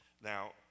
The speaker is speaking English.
Now